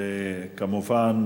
כמובן,